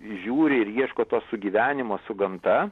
žiūri ir ieško to sugyvenimo su gamta